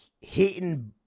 hating